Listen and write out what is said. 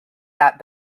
that